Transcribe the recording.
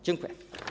Dziękuję.